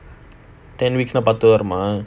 ten weeks நா பத்து வாரமா:naa patthu waaramaa